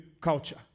culture